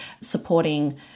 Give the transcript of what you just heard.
supporting